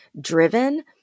driven